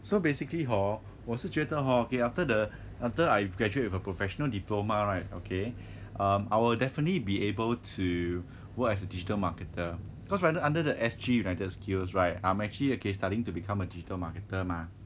so basically hor 我是觉得 hor okay after the after I graduate with a professional diploma right okay um I will definitely be able to work as a digital marketer cause right now under the S_G united skills right I'm actually okay starting to become a digital marketer mah